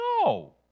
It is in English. No